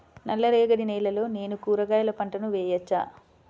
నల్ల రేగడి నేలలో నేను కూరగాయల పంటను వేయచ్చా?